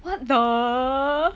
what the